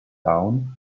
down